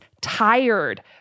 tired